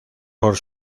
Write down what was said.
por